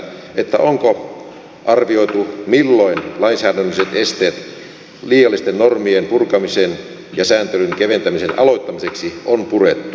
onko arvioitu milloin lainsäädännölliset esteet liiallisten normien purkamisen ja sääntelyn keventämisen aloittamiseksi on purettu